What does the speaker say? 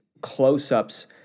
close-ups